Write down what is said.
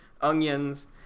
onions